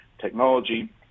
technology